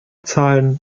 zahlen